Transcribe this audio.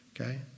okay